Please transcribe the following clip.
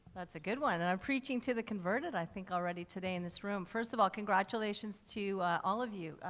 that's a good one. and i'm preaching to the converted, i think, already today in this room. first of all, congratulations to, ah, all of you. ah,